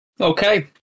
Okay